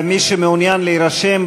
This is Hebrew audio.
מי שמעוניין להירשם,